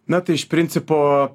na tai iš principo